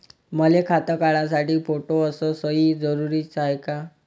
मले खातं काढासाठी फोटो अस सयी जरुरीची हाय का?